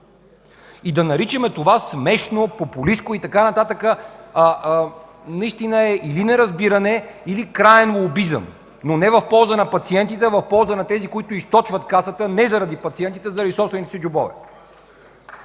И да наричаме това „смешно”, „популистко” и така нататък, наистина е или неразбиране, или краен лобизъм, но не в полза на пациентите, а в полза на тези, които източват Касата не заради пациентите, а заради собствените си джобове.